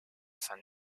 san